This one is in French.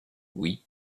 oui